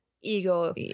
ego